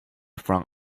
from